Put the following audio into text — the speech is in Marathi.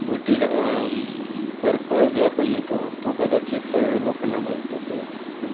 बोटीला बर्फ जो आपण नेतो तो कदाचित लोकांना माहीत नसेल